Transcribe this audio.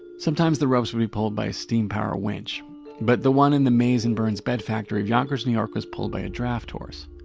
sometimes the ropes will be pulled by a steam power winch but the one in the maize and burns bed factory yonkers new york was pulled by a draft horse.